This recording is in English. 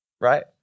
right